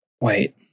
wait